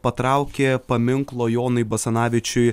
ir patraukė paminklo jonui basanavičiui